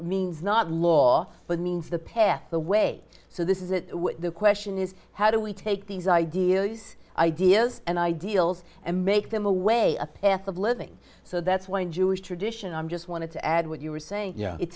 means not law but means the path the way so this is it the question is how do we take these ideas ideas and ideals and make them away a path of living so that's why in jewish tradition i'm just wanted to add what you were saying